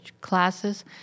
classes